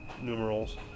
numerals